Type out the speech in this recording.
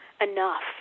enough